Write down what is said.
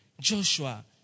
Joshua